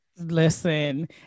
listen